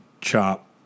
chop